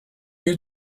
you